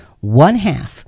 one-half